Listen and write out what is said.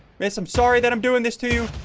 miss i'm sorry that i'm doing this to you.